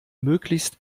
möglichst